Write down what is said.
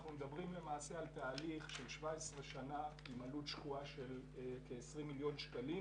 אנחנו מדברים למעשה על תהליך של 17 שנים עם עלות של כ-20 מיליון שקלים.